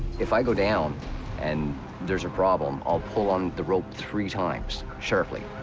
if i go down and there's a problem, i'll pull on the rope three times sharply.